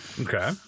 Okay